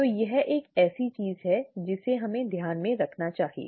तो यह एक ऐसी चीज है जिसे हमें ध्यान में रखना चाहिए